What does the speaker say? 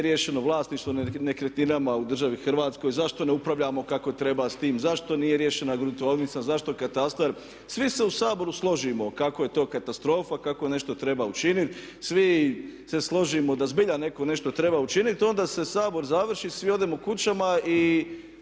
nije riješeno vlasništvo nad nekretninama u državi Hrvatskoj, zašto ne upravljamo kako treba s tim, zašto nije riješena gruntovnica, zašto katastar? Svi se u Saboru složimo kako je to katastrofa, kako nešto treba učiniti. Svi se složimo da zbilja netko nešto treba učiniti i onda se Sabor završi, svi odemo kućama i